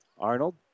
Arnold